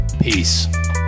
Peace